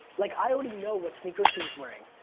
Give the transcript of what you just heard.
like i already know what sneakers he's wearing,